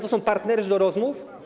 To są partnerzy do rozmów?